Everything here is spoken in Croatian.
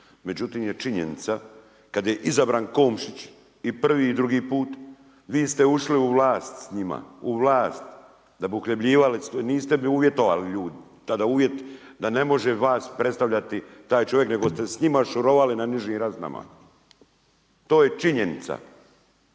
Međutim je činjenica kad je izabran Komšić i prvi i drugi put, vi ste ušli u vlast s njima, u vlast da bi uhljebljivali, niste uvjetovali, tada uvjet da ne može vas predstavljati taj čovjek, nego ste s njima šorovali na nižim razinama. To je činjenica.